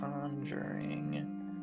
conjuring